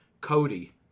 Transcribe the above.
Cody